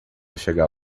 chegar